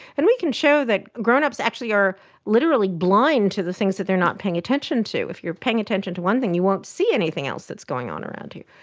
and we can show that grown-ups actually are literally blind to the things that they are not paying attention to. if you're paying attention to one thing you won't see anything else that's going on around you.